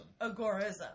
Agorism